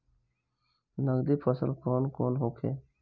नकदी फसल कौन कौनहोखे?